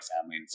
family